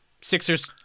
Sixers